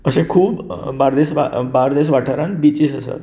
अशें खूब बार्देस बार्देस वाठारांत बीचीस आसात